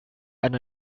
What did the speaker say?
and